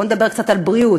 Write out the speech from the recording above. בואו נדבר קצת על בריאות.